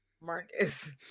marcus